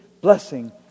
blessing